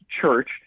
church